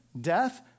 death